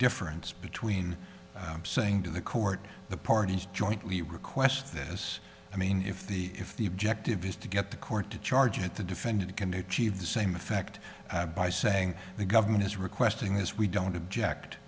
difference between saying to the court the parties jointly request this i mean if the if the objective is to get the court to charge at the defendant can do the same effect by saying the government is requesting this we don't object